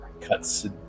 cuts